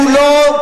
לא,